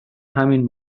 همین